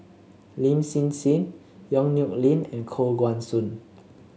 Lin Hsin Hsin Yong Nyuk Lin and Koh Guan Song